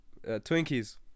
Twinkies